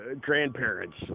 grandparents